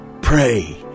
Pray